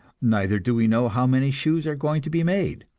neither do we know how many shoes are going to be made,